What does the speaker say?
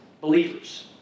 believers